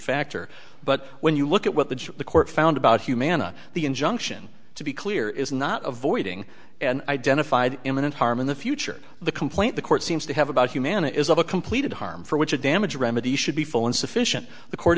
factor but when you look at what the court found about humana the injunction to be clear is not avoiding an identified imminent harm in the future the complaint the court seems to have about humana is of a completed harm for which a damage remedy should be full and sufficient the court